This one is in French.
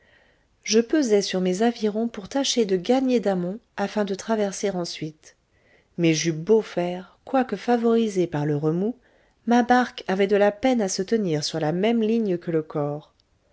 je pesai sur mes avirons pour lâcher de gagner d'amont afin de traverser ensuite mais j'eus beau faire quoique favorisé par le remous ma barque avait de la peine à se tenir sur la même ligne que le corps